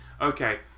okay